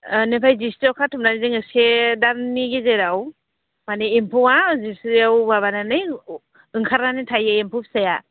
बेनिफ्राय जिस्रियाव खाथबनानै जोङो से दाननि गेजेराव माने एम्फौआ जिस्रियाव माबानानै ओंखारनानै थायो एम्फौ फिसाया